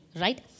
right